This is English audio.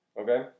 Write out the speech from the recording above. okay